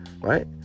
right